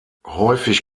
häufig